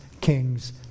kings